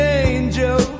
angel